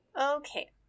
Okay